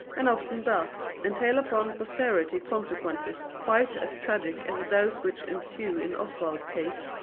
and often does, entail upon posterity consequences quite as tragic as those which ensue in oswald's case,